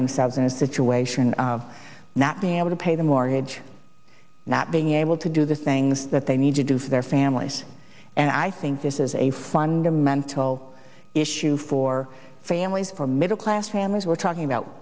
themselves in a situation of not being able to pay the mortgage not being able to do the things that they need to do for their families and i think this is a fundamental issue for families for middle class families we're talking about